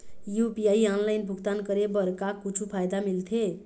UPI online भुगतान करे बर का कुछू फायदा मिलथे?